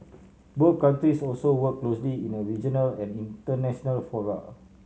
both countries also work closely in a regional and international fora